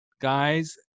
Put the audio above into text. guys